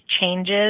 changes